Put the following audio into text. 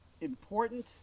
important